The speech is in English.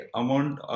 amount